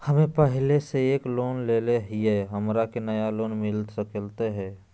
हमे पहले से एक लोन लेले हियई, हमरा के नया लोन मिलता सकले हई?